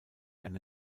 eine